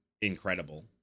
incredible